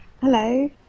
Hello